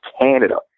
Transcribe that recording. Canada